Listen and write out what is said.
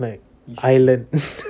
like island